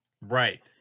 Right